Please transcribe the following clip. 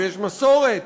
ויש מסורת,